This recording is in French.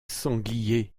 sanglier